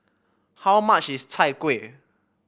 how much is Chai Kueh